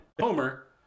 Homer